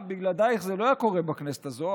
בלעדייך זה לא היה קורה בכנסת הזו.